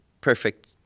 perfect